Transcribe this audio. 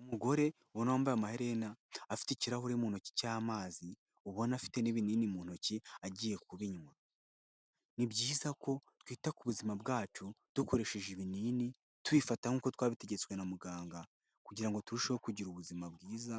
Umugore ubona wambaye amaherena, afite ikirahure mu ntoki cy'amazi, ubona afite n'ibinini mu ntoki agiye kubinywa, ni byiza ko twita ku buzima bwacu dukoresheje ibinini, tubifata nk'uko twabitegetswe na muganga, kugira ngo turusheho kugira ubuzima bwiza,